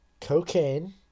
Cocaine